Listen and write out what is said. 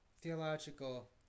theological